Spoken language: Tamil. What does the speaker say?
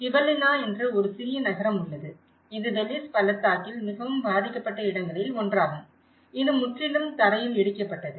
கிபெல்லினா என்று ஒரு சிறிய நகரம் உள்ளது இது பெலிஸ் பள்ளத்தாக்கில் மிகவும் பாதிக்கப்பட்ட இடங்களில் ஒன்றாகும் இது முற்றிலும் தரையில் இடிக்கப்பட்டது